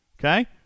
Okay